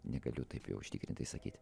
negaliu taip jau užtikrintai sakyt